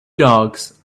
dogs